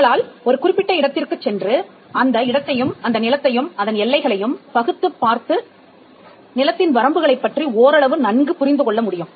உங்களால் ஒரு குறிப்பிட்ட இடத்திற்குச் சென்று அந்த இடத்தையும் அந்த நிலத்தையும் அதன் எல்லைகளையும் பகுத்துப் பார்த்து நிலத்தின் வரம்புகளைப் பற்றி ஓரளவு நன்கு புரிந்துகொள்ள முடியும்